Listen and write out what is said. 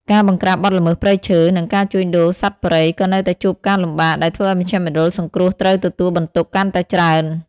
ការបង្ក្រាបបទល្មើសព្រៃឈើ និងការជួញដូរសត្វព្រៃក៏នៅតែជួបការលំបាក ដែលធ្វើឱ្យមជ្ឈមណ្ឌលសង្គ្រោះត្រូវទទួលបន្ទុកកាន់តែច្រើន។